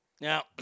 Now